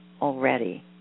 already